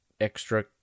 extra